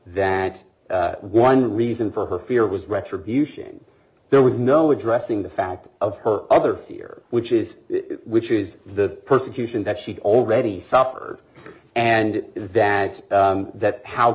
that one reason for her fear was retribution there was no addressing the fact of her other fear which is which is the persecution that she already suffered and advanced that how